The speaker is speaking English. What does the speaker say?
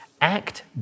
act